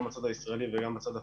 גם בצד הישראלי וגם בצד הפלסטיני.